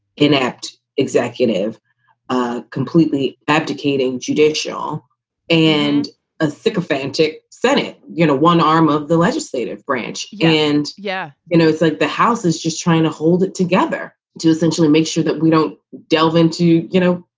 inept executive ah completely abdicating judicial and a sycophantic senate, you know, one arm of the legislative branch. yeah and, yeah, you know, it's like the house is just trying to hold it together to essentially make sure that we don't delve into, you know,